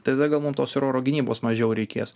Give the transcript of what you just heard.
tada gal mum ir tos oro gynybos mažiau reikės